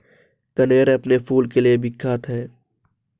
कनेर अपने फूल के लिए विख्यात है